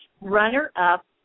runner-up